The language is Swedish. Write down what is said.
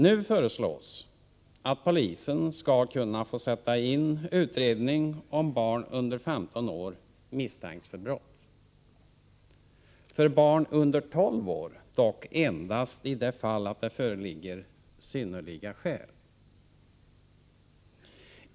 Nu föreslås att polisen skall kunna få sätta in utredning om barn under 15 år misstänks för brott. För barn under 12 år dock endast i det fall det föreligger synnerliga skäl.